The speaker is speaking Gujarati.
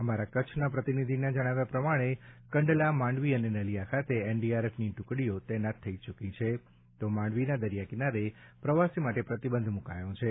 અમારા કચ્છ પ્રતિનિધિના જણાવ્યા પ્રમાણે કંડલા માંડવી અને નલિયા ખાતે એનડીઆરએફની ટૂકડીઓ તૈનાત થઈ ચૂકી છે તો માંડવીના દરિયા કિનારે પ્રવાસી માટે પ્રતિબંધ મૂકાયો છે